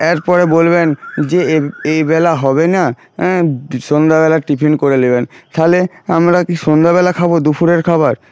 এরপরে বলবেন যে এই এই বেলা হবে না সন্ধ্যাবেলা টিফিন করে নেবেন তাহলে আমরা কি সন্ধ্যাবেলা খাবো দুফুরের খাবার